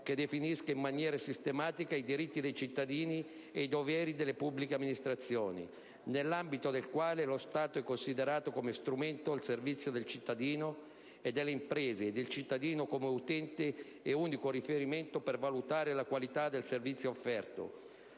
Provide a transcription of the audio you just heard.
che definisca in maniera sistematica i diritti dei cittadini e i doveri delle pubbliche amministrazioni, nell'ambito del quale lo Stato è considerato come strumento al servizio del cittadino e delle imprese ed il cittadino come utente e unico riferimento per valutare la qualità del servizio offerto.